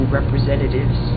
representatives